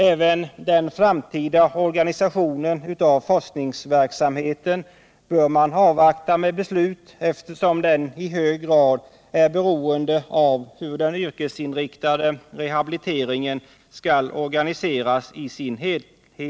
Även då det gäller den framtida organisationen av forskningsverksamheten bör man avvakta med beslut eftersom den i hög grad är beroende av hur den yrkesinriktade rehabiliteringen skall organiseras i sin helhet.